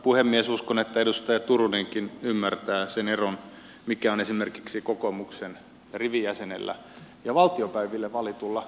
uskon että edustaja turunenkin ymmärtää sen eron mikä on esimerkiksi kokoomuksen rivijäsenellä ja valtiopäiville valitulla kansanedustajalla